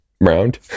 Round